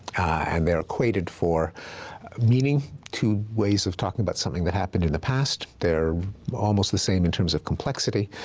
and they're equated for meaning, two ways of talking about something that happened in the past. they're almost the same in terms of complexity,